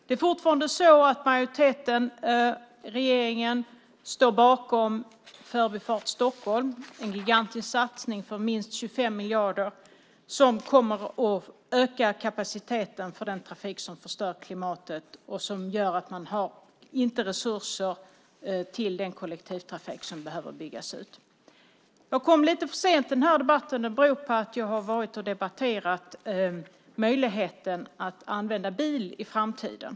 Det är fortfarande så att majoriteten och regeringen står bakom Förbifart Stockholm, en gigantisk satsning på minst 25 miljarder som kommer att öka kapaciteten för den trafik som förstör klimatet och som gör att man inte har resurser till den kollektivtrafik som behöver byggas ut. Jag kom lite för sent till den här debatten. Det beror på att jag har varit och debatterat möjligheten att använda bil i framtiden.